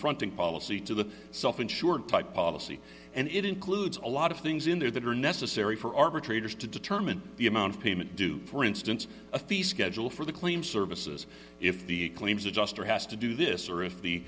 front and policy to the self insured type policy and it includes a lot of things in there that are necessary for arbitrator's to determine the amount of payment due for instance a fee schedule for the claims services if the claims adjuster has to do this or if the